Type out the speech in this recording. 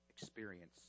experience